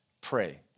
pray